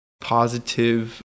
positive